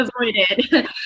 avoided